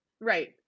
right